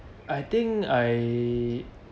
I think I